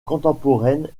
contemporaine